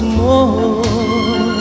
more